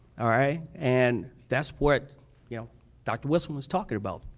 alright. and that's what you know dr. whistle was talking about.